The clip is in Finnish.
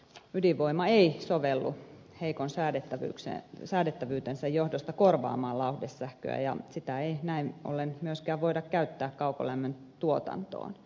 ydinvoima ei sovellu heikon säädettävyytensä johdosta korvaamaan lauhdesähköä ja sitä ei näin ollen myöskään voida käyttää kaukolämmön tuotantoon